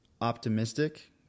optimistic